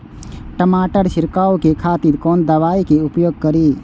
टमाटर छीरकाउ के खातिर कोन दवाई के उपयोग करी?